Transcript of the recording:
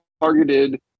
targeted